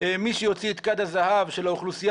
מי שיוציא את כד הזהב של האוכלוסייה